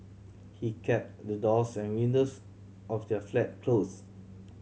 he kept the doors and windows of their flat closed